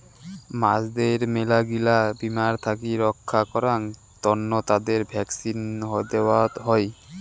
মাছদের মেলাগিলা বীমার থাকি রক্ষা করাং তন্ন তাদের ভ্যাকসিন দেওয়ত হই